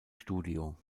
studio